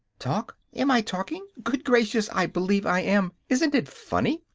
talk! am i talking? good gracious, i believe i am. isn't it funny?